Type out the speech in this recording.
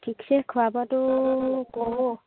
ঠিকছে খোৱা বোৱাটো কৰোঁ